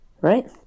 right